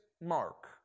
mark